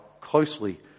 closely